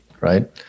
Right